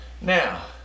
Now